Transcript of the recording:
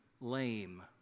lame